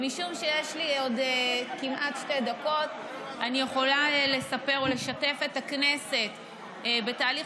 ומשום שיש לי עוד כמעט שתי דקות אני יכולה לספר ולשתף את הכנסת בתהליך